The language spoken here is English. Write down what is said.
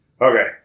Okay